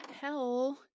Hell